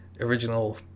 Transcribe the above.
original